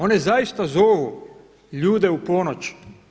One zaista zovu ljude u ponoć.